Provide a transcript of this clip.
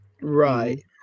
Right